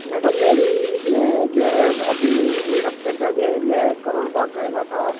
madam میری میں جو ہے ابھی ایک ہفتے پہلے میں کرول باغ گیا ہوا تھا